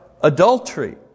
adultery